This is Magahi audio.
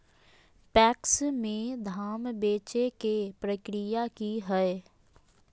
पैक्स में धाम बेचे के प्रक्रिया की हय?